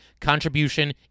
contribution